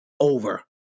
over